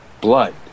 Blood